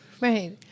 right